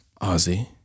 Ozzy